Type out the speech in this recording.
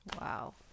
Wow